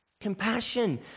Compassion